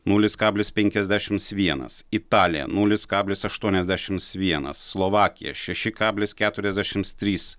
nulis kablis penkiasdešimts vienas italija nulis kablis aštuoniasdešimts vienas slovakija šeši kablis keturiasdešimts trys